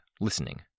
listening